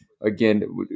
again